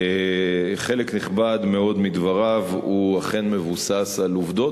חלק נכבד מאוד מדבריו הוא אכן מבוסס על עובדות,